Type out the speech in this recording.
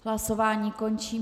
Hlasování končím.